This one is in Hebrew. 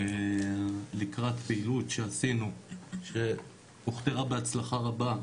לקראת פעילות שעשינו שהוכתרה בהצלחה רבה,